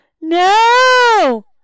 No